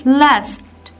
last